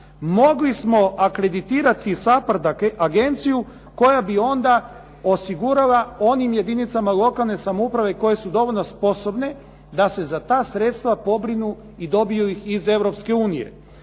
mogli smo akreditirati i SAPARD agenciju koja bi onda osigurala onim jedinicama lokalne samouprave koje su dovoljno sposobne da se za ta sredstva pobrinu i dobiju ih iz